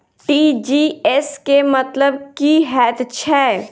TGS केँ मतलब की हएत छै?